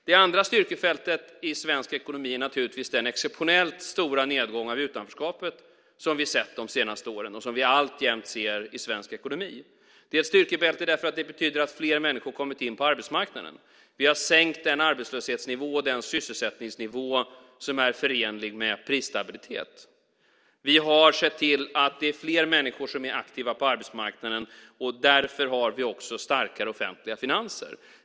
Det andra styrkefältet i svensk ekonomi är naturligtvis den exceptionellt stora nedgång av utanförskapet som vi har sett de senaste åren och som vi alltjämt ser i svensk ekonomi. Det är ett styrkebälte, därför att det betyder att fler människor har kommit in på arbetsmarknaden. Vi har sänkt den arbetslöshetsnivå och den sysselsättningsnivå som är förenlig med prisstabilitet. Vi har sett till att det är fler människor som är aktiva på arbetsmarknaden. Därför har vi också starkare offentliga finanser.